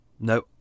no